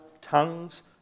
tongues